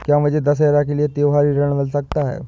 क्या मुझे दशहरा के लिए त्योहारी ऋण मिल सकता है?